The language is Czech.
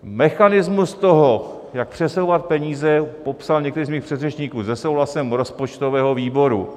Mechanismus toho, jak přesouvat peníze, popsal některý z mých předřečníků se souhlasem rozpočtového výboru.